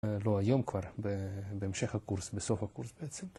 ‫לא היום כבר, ‫במשך הקורס, בסוף הקורס בעצם.